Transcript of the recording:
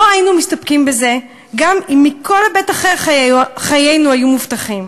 לא היינו מסתפקים בזה גם אם מכל היבט אחר חיינו היו מובטחים.